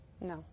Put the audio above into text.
No